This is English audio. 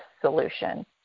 solution